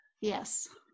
Yes